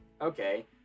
Okay